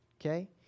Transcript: Okay